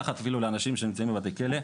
מתחת אפילו לאנשים שנמצאים בבתי כלא.